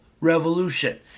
revolution